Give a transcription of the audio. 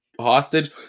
hostage